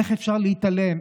איך אפשר להתעלם?